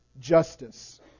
justice